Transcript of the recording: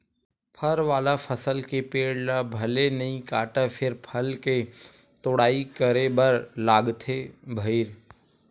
फर वाला फसल के पेड़ ल भले नइ काटय फेर फल के तोड़ाई करे बर लागथे भईर